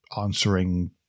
answering